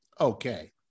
Okay